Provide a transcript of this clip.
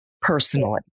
personally